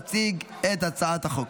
להציג את הצעת החוק.